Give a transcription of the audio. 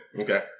Okay